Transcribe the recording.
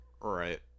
Right